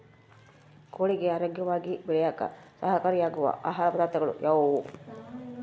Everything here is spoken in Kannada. ಕೋಳಿಗೆ ಆರೋಗ್ಯವಾಗಿ ಬೆಳೆಯಾಕ ಸಹಕಾರಿಯಾಗೋ ಆಹಾರ ಪದಾರ್ಥಗಳು ಯಾವುವು?